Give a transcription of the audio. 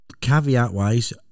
caveat-wise